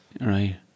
Right